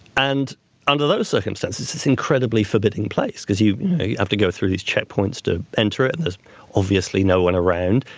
and under those circumstances it's incredibly forbidding place because you have to go through these checkpoints to enter it. and there's obviously no one around,